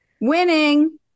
Winning